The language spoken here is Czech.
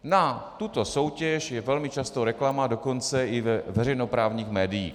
Na tuto soutěž je velmi často reklama, dokonce i ve veřejnoprávních médiích.